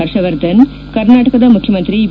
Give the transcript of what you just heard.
ಹರ್ಷವರ್ಧನ್ ಕರ್ನಾಟಕದ ಮುಖ್ಯಮಂತ್ರಿ ಬಿ